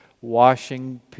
washing